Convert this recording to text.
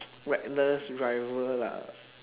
reckless driver lah